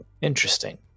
interesting